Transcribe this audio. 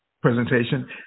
presentation